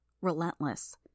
relentless